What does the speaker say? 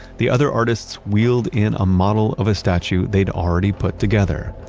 the other artists wheeled in a model of a statue they'd already put together.